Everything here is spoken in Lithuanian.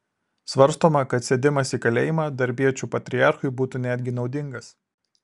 svarstoma kad sėdimas į kalėjimą darbiečių patriarchui būtų netgi naudingas